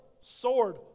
sword